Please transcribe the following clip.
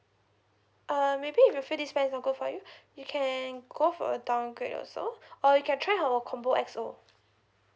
err maybe you'll feel this plan expensive for you you can go for a downgrade also or you can try or combo X_O